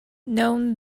known